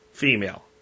female